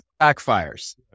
backfires